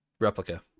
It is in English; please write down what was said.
replica